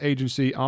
Agency